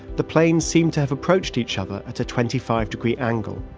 the planes seemed to have approached each other at a twenty five degree angle,